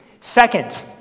Second